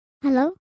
Hello